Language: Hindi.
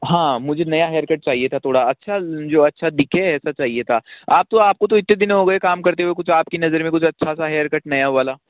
हाँ मुझे नया हेयर कट चाहिए था थोड़ा अच्छा जो अच्छा दिखे ऐसा चहिए था आप तो आपको तो इतते दिन हो गए काम करते हुए कुछ आपकी नज़र में कुछ अच्छा सा हेयर कट नया वाला